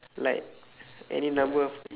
like any number of